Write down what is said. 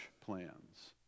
plans